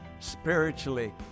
spiritually